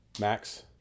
Max